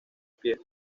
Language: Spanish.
pie